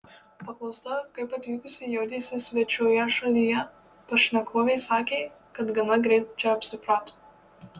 paklausta kaip atvykusi jautėsi svečioje šalyje pašnekovė sakė kad gana greit čia apsiprato